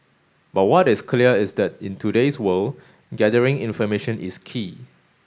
but what is clear is that in today's world gathering information is key